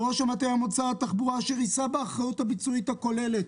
בראש המטה יעמוד שר התחבורה אשר יישא באחריות הביצועית הכוללת